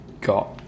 got